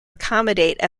accommodate